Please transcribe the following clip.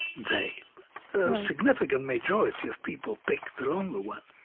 they, a significant majority of people pick the longer one